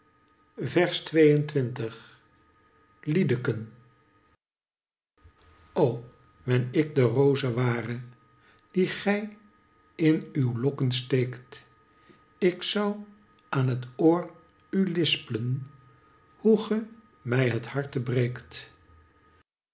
liedeken o wen ik de roze ware die gij in uw lokken steekt ik zou aan het oor u lisplen hoe ge mij het harte breekt